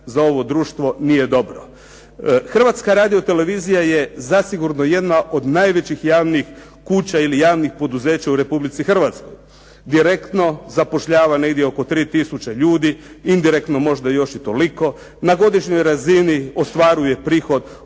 Hrvatska radiotelevizija je zasigurno jedna od najvećih javnih kuća ili javnih poduzeća u Republici Hrvatskoj. Direktno zapošljava negdje oko 3 tisuće ljudi, indirektno možda još i toliko. Na godišnjoj razini ostvaruje prihod od